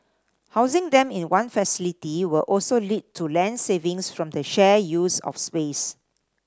housing them in one facility will also lead to land savings from the shared use of space